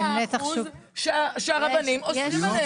מה האחוז שהרבנים אוסרים עליהם?